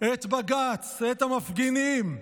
את בג"ץ ואת המפגינים,